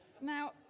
Now